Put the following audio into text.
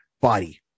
body